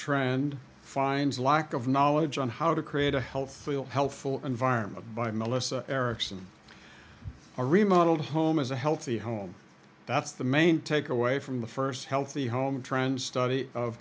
trend finds a lack of knowledge on how to create a healthy healthful environment by melissa erickson a remodeled home is a healthy home that's the main takeaway from the first healthy home trend study of